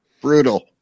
Brutal